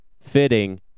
fitting